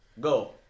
Go